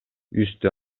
үстү